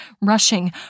rushing